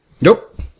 Nope